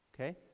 Okay